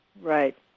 Right